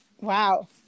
wow